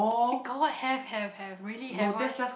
got have have have really have what